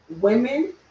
women